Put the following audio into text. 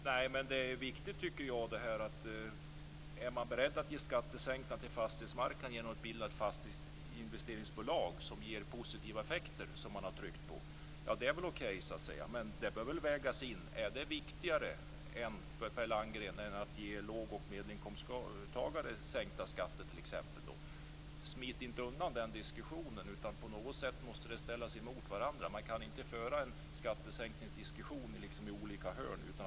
Fru talman! Det är väl okej om man är beredd att ge skattesänkningar åt fastighetsmarknaden som ger positiva effekter genom att bilda ett fastighetsinvesteringsbolag. Det bör vägas in om detta är viktigare för Per Landgren än att ge låg och medelinkomsttagare sänkta skatter. Smit inte undan den diskussionen. På något sätt måste de ställas mot varandra. Det går inte att föra en skattesänkningsdiskussion i olika hörn.